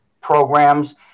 programs